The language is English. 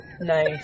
Nice